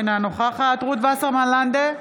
אינה נוכחת רות וסרמן לנדה,